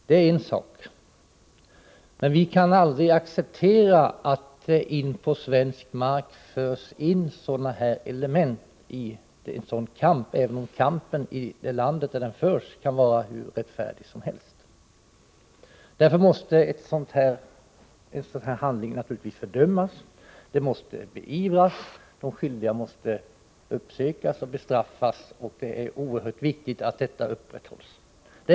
Det är en sak, men vi kan aldrig acceptera att det förs in sådana här element i en sådan kamp på svensk mark, även om kampen i det land där den förs kan vara hur rättfärdig som helst. Därför måste naturligtvis en sådan handling fördömas och beivras, och de skyldiga måste uppsökas och bestraffas. Det är oerhört viktigt att hålla på det.